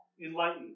Enlightened